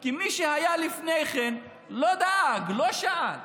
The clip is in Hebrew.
כי מי שהיה לפני כן לא דאג, לא שאל.